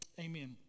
Amen